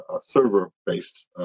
server-based